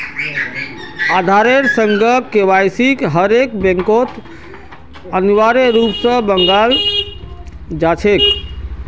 आधारेर संग केवाईसिक हर एकखन बैंकत अनिवार्य रूप स मांगाल जा छेक